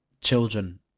children